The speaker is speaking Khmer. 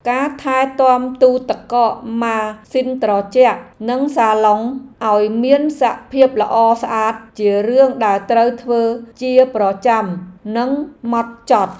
ការថែទាំទូទឹកកកម៉ាស៊ីនត្រជាក់និងសាឡុងឱ្យមានសភាពល្អស្អាតជារឿងដែលត្រូវធ្វើជាប្រចាំនិងម៉ត់ចត់។